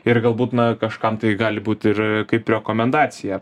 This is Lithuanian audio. ir galbūt na kažkam tai gali būti ir kaip rekomendacija